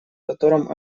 котором